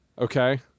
okay